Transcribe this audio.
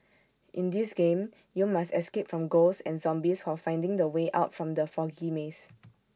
in this game you must escape from ghosts and zombies while finding the way out from the foggy maze